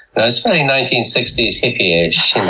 ah it's very nineteen sixty s hippie-ish.